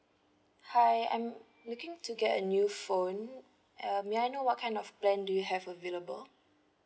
hi I'm looking to get a new phone uh may I know what kind of plan do you have available